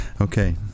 Okay